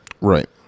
Right